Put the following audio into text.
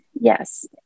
yes